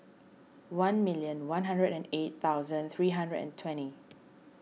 one million one hundred and eight thousand three hundred and twenty